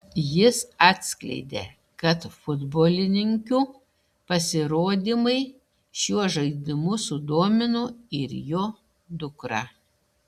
jis atskleidė kad futbolininkių pasirodymai šiuo žaidimu sudomino ir jo dukrą